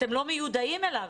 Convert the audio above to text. אתם לא מיודעים אליו.